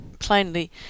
plainly